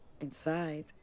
Inside